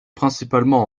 principalement